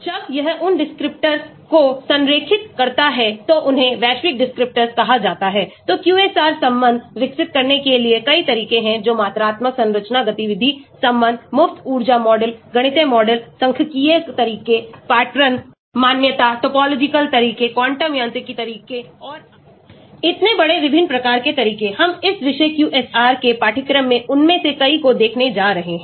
जब यह उन descriptors को संरेखित करता है तो उन्हें वैश्विक descriptors कहा जाता है तो QSAR संबंध विकसित करने के लिए कई तरीके हैं जो मात्रात्मक संरचना गतिविधि संबंध मुफ्त ऊर्जा मॉडल गणितीय मॉडल सांख्यिकीय तरीके पैटर्न मान्यता टोपोलॉजिकल तरीकों क्वांटम यांत्रिक तरीकों और आदि इतने बड़े विभिन्न प्रकार केतरीके हम इस विषय QSAR के पाठ्यक्रम में उनमें से कई को देखने जा रहे हैं